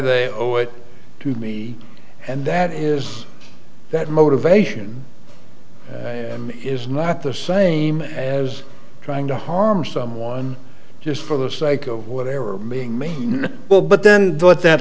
they owe it to me and that is that motivation is not the same as trying to harm someone just for the sake of what they were being made well but then what